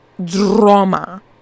drama